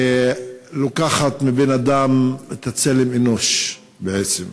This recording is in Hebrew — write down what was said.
שלוקחת מבן-אדם צלם אנוש, בעצם.